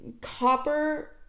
copper